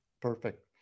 Perfect